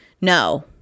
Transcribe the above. no